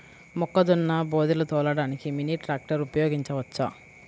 మొక్కజొన్న బోదెలు తోలడానికి మినీ ట్రాక్టర్ ఉపయోగించవచ్చా?